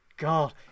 God